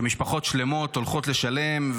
שמשפחות שלמות הולכות לשלם,